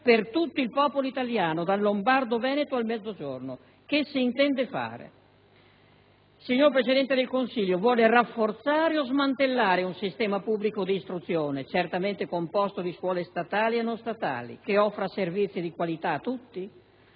per tutto il popolo italiano, dal Lombardo-Veneto al Mezzogiorno. Che si intende fare? Signor Presidente del Consiglio, vuole rafforzare o smantellare un sistema pubblico d'istruzione certamente composto di scuole statali e non statali che offra servizi di qualità a tutti?